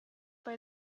bei